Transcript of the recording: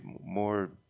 more